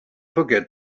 forget